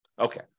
Okay